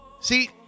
See